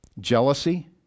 Jealousy